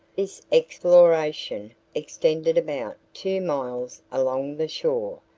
this exploration extended about two miles along the shore,